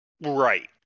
Right